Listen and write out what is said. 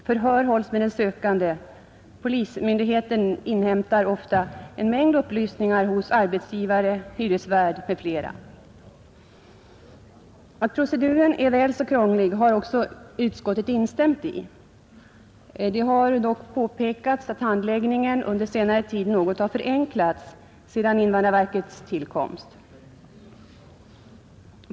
Förhör hålls med den sökande, och polismyndigheten inhämtar ofta en mängd upplysningar hos arbetsgivare, hyresvärd m.fl. Att proceduren är väl så krånglig har också utskottet instämt i. Det har dock påpekats att handläggningen under senare tid har förenklats, sedan invandrarverket tillkommit.